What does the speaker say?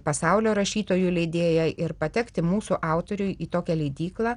pasaulio rašytojų leidėja ir patekti mūsų autoriui į tokią leidyklą